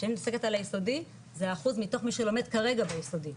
שאני מסתכלת על היסודי זה אחוז מתוך מי שלומד כרגע ביסודי,